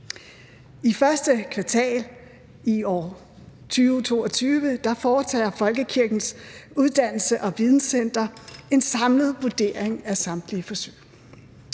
I første kvartal af 2022 foretager Folkekirkens Uddannelses- og Videnscenter en samlet vurdering af samtlige forsøg.